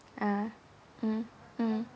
uh mm mm